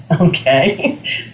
Okay